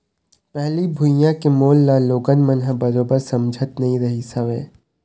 पहिली भुइयां के मोल ल लोगन मन ह बरोबर समझत नइ रहिस हवय